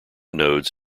nodes